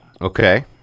Okay